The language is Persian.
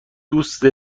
دوست